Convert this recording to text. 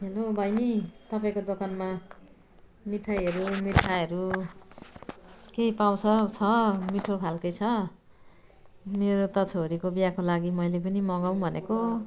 hello बैनी तपाईँको दोकानमा मिठाईहरू मिठाहरू केही पाउँछ छ मिठो खाल केही छ मेरो त छोरीको बिहाको लागि मैले पनि मगाऊँ भनेको